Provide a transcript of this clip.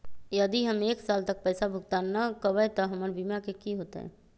यदि हम एक साल तक पैसा भुगतान न कवै त हमर बीमा के की होतै?